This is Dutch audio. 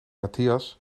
matthias